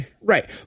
right